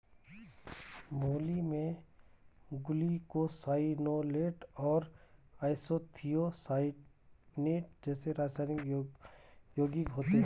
मूली में ग्लूकोसाइनोलेट और आइसोथियोसाइनेट जैसे रासायनिक यौगिक होते है